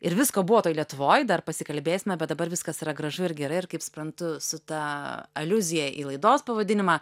ir visko buvo toj lietuvoj dar pasikalbėsime bet dabar viskas yra gražu ir gerai ir kaip suprantu su ta aliuzija į laidos pavadinimą